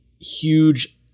huge